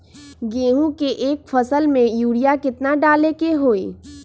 गेंहू के एक फसल में यूरिया केतना डाले के होई?